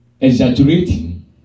exaggerating